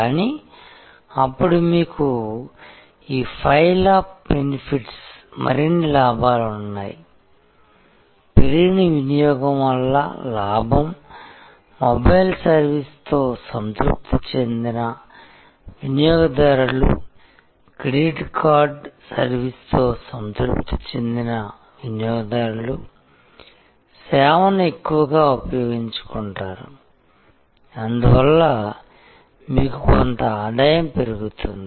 కానీ అప్పుడు మీకు ఈ పైల్ అప్ బెనిఫిట్స్మరిన్ని లాభాలు ఉన్నాయి పెరిగిన వినియోగం వల్ల లాభం మొబైల్ సర్వీస్తో సంతృప్తి చెందిన వినియోగదారులు క్రెడిట్ కార్డ్ సర్వీస్తో సంతృప్తి చెందిన వినియోగదారులు సేవను ఎక్కువగా ఉపయోగించుకుంటారు అందువల్ల మీకు కొంత ఆదాయం పెరుగుతుంది